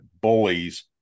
bullies